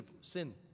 sin